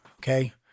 okay